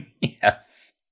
Yes